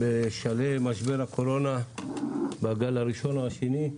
בשלהי משבר הקורונה בגל הראשון או השני,